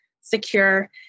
secure